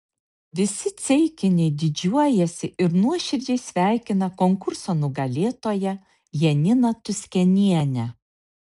visi ceikiniai didžiuojasi ir nuoširdžiai sveikina konkurso nugalėtoją janiną tuskenienę